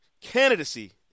candidacy